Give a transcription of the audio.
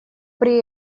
при